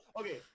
Okay